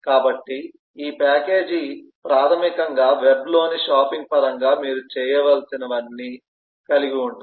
కాబట్టి ఈ ప్యాకేజీ ప్రాథమికంగా వెబ్లోని షాపింగ్ పరంగా మీరు చేయాల్సినవన్నీ కలిగి ఉంటుంది